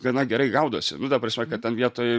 gana gerai gaudosi nu ta prasme kad ten vietoj